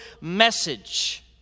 message